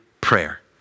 prayer